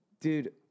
Dude